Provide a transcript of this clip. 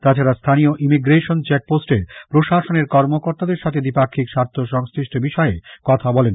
তাছাড়া স্থানীয় ইমিগ্রেশন চেকপোস্টে প্রশাসনের কর্মকর্তাদের সঙ্গে দ্বি পাক্ষিক স্বার্থ সংশ্লিষ্ট বিষয়ে কথা বলেন